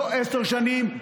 לא עשר שנים,